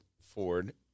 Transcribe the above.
ford